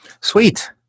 Sweet